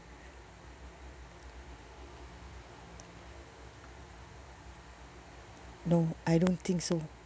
no I don't think so